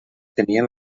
tenien